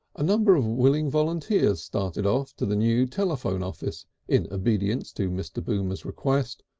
a number of willing volunteers started off to the new telephone office in obedience to mr. boomer's request,